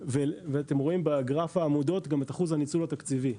אתם רואים בגרף העמודות גם את אחוז הניצול התקציבי.